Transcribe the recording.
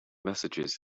messages